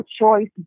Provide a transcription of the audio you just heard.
choice